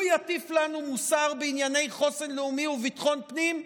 הוא יטיף לנו מוסר בענייני חוסן לאומי וביטחון הפנים?